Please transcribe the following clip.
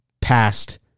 past